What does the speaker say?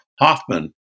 Hoffman